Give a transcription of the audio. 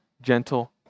gentle